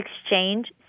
exchange